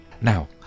Now